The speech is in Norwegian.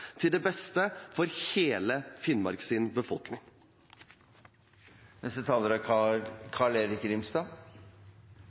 til det beste for samfunnet. Arbeiderpartiet er